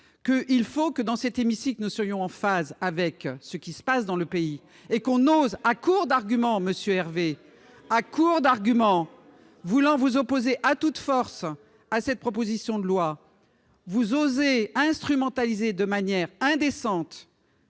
que il faut que dans cet hémicycle, nous soyons en phase avec ce qui se passe dans le pays et qu'on ose à court d'arguments Monsieur Hervé à court d'arguments voulant vous opposer à toute force à cette proposition de loi vous osez instrumentaliser de manière indécente.